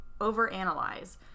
overanalyze